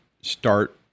start